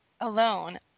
alone